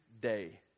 day